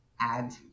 add